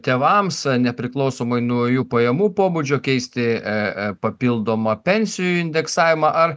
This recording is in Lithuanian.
tėvams nepriklausomai nuo jų pajamų pobūdžio keisti e e papildomą pensijų indeksavimą ar